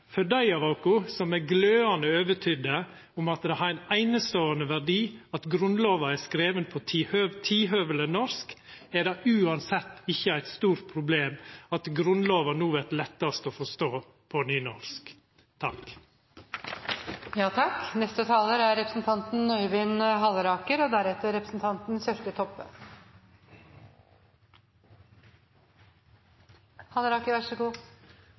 for dei av oss som er glødande overtydde om at det har ei eineståande verdi at Grunnlova er skriven på tidhøveleg norsk, er det uansett ikkje eit stort problem at Grunnlova no vert lettast å forstå på nynorsk. Flere har sagt at dette er en merkedag og en viktig dag for oss, og